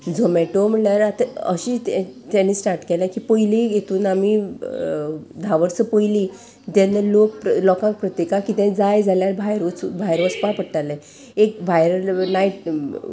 झोमेटो म्हणल्यार आतां अशी तेणें स्टार्ट केलें की पयली हेतून आमी धा वर्सां पयलीं जेन्ना लोक लोकांक प्रत्येकाक कितें जाय जाल्यार भायर वच भायर वचपा पडटालें एक भायर नायट